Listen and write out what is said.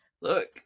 Look